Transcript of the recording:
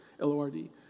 L-O-R-D